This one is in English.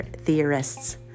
theorists